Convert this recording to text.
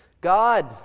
God